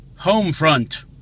Homefront